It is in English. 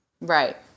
Right